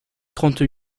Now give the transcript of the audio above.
trente